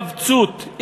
התכווצות.